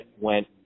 went